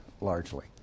largely